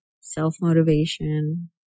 self-motivation